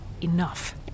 enough